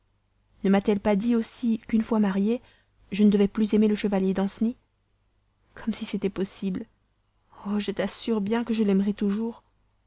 ne m'a-t-elle pas dit aussi qu'une fois mariée je ne devais plus aimer le chevalier danceny comme si c'était possible oh je t'assure bien que je l'aimerai toujours